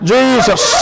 Jesus